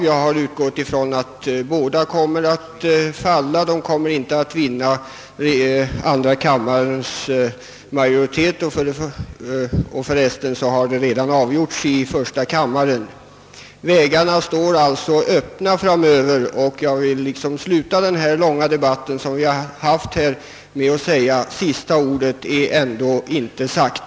Jag har utgått från att de förslagen inte kommer att vinna bifall av andra kammarens majoritet, och de har för resten redan fallit i första kammaren. Vägarna står alltså öppna framöver. Jag vill sluta denna långa debatt med att säga, att sista ordet ändå inte är sagt.